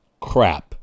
crap